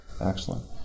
excellent